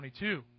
22